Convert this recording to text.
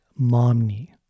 Momney